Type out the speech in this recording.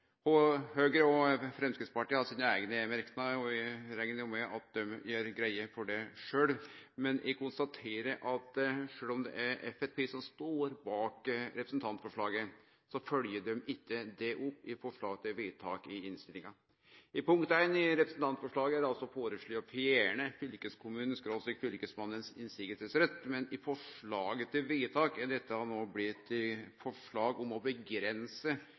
forslaga. Høgre og Framstegspartiet har sine eigne merknader, og eg reknar med at dei gjer greie for det sjølve. Men eg konstaterer at sjølv om det er Framstegspartiet som står bak representantforslaget, følgjer dei ikkje det opp i forslag til vedtak i innstillinga. Under punkt I i representantforslaget er det altså foreslått å fjerne fylkeskommunen/Fylkesmannens motsegnsrett, men i forslaget til vedtak er dette no blitt